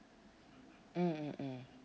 mm mm mm